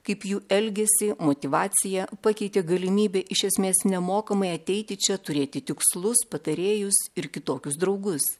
kaip jų elgesį motyvaciją pakeitė galimybė iš esmės nemokamai ateiti čia turėti tikslus patarėjus ir kitokius draugus